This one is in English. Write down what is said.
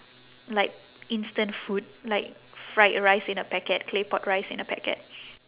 like instant food like fried rice in a packet claypot rice in a packet